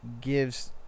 gives